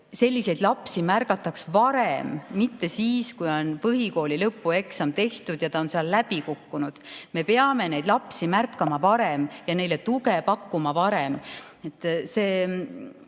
selliseid lapsi märgataks varem, mitte siis, kui on põhikooli lõpueksam tehtud ja ta on seal läbi kukkunud. Me peame neid lapsi märkama varem ja neile tuge pakkuma varem. See